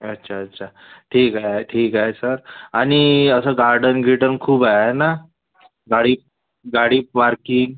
अच्छा अच्छा ठीक आहे ठीक आहे सर आणि असं गार्डन गिर्टन खूप आहे ना गाळी गाडी पार्किंग